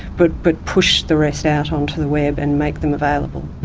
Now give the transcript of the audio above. but but push the rest out onto the web and make them available.